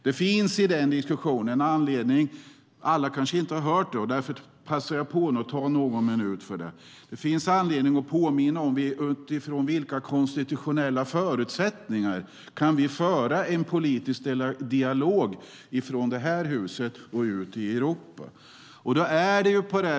Det finns anledning att påminna om - alla kanske inte har hört det - utifrån vilka konstitutionella förutsättningar vi kan föra en politisk dialog från det här huset och ut i Europa.